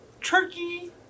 turkey